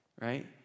right